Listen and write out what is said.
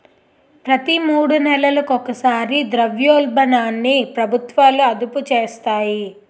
ప్రతి మూడు నెలలకు ఒకసారి ద్రవ్యోల్బణాన్ని ప్రభుత్వాలు అదుపు చేస్తాయి